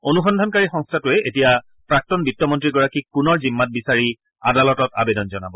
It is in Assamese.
অনুসন্ধানকাৰী সংস্থাটোৱে এতিয়া প্ৰাক্তন বিত্তমন্তীগৰাকীক পুনৰ জিম্মাত বিচাৰি আদালতত আবেদন জনাব